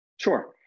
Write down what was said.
Sure